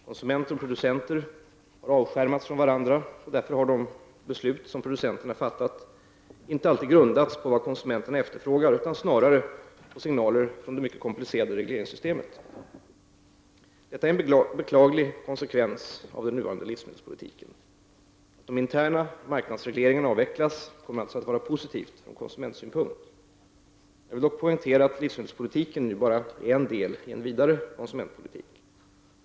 Konsumenter och producenter har avskärmats från varandra, och därför har de beslut som producenterna fattat inte alltid grundats på vad konsumenterna efterfrågar utan snarare på signaler från det mycket komplicerade regleringssystemet. Detta är en beklaglig konsekvens av den nuvarande livsmedelspolitiken. Att de interna marknadsregleringarna avvecklas kommer alltså att vara positivt från konsumentsynpunkt. Jag vill dock poängtera att livsmedelspolitiken bara är en del i en vidare konsumentpolitik.